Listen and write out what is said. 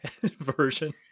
version